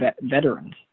veterans